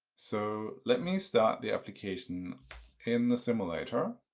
so let me start the application in the simulator